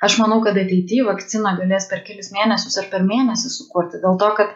aš manau kad ateity vakciną galės per kelis mėnesius ar per mėnesį sukurti dėl to kad